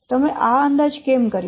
તમે આ અંદાજ કેમ કર્યો